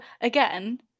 again